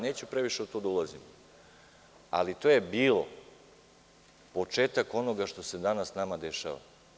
Neću previše u to da ulazim, ali to je bilo, početak onoga što se nama danas dešava.